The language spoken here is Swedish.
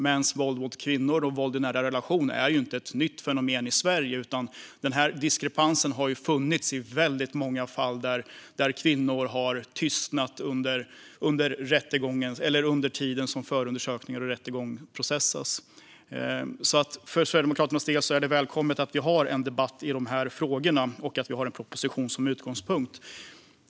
Mäns våld mot kvinnor och våld i nära relationer är ju inte ett nytt fenomen i Sverige, utan den här diskrepansen har funnits i väldigt många fall. Kvinnor har tystnat under rättegången eller under tiden som förundersökning och rättegång processas. För Sverigedemokraternas del är det därför välkommet att vi har en debatt i de här frågorna och att vi har en proposition som utgångspunkt.